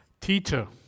teacher